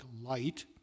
light